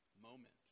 moment